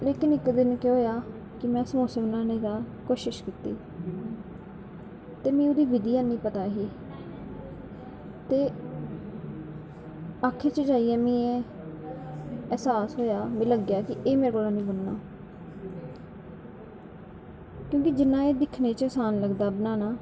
कि इक दिन केह् हहोया में समोसे बनाने दा कोशिश कीती ते में ओह्दी बदिया नी पता ऐही ते अखिर जाईयै में ऐह्सास होया कि एह् मेरै कोला नी बनना क्योंकि जिन्ना एह् दिक्खनें च आसान लगदा बनाना